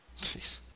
Jeez